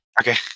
Okay